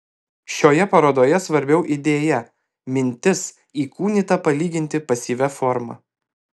šioje parodoje svarbiau idėja mintis įkūnyta palyginti pasyvia forma